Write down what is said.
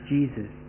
Jesus